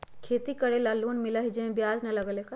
खेती करे ला लोन मिलहई जे में ब्याज न लगेला का?